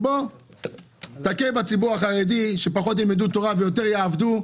תכה בציבור החרדי, שפחות ילמדו תורה ויותר יעבדו.